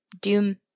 doom